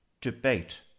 debate